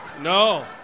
No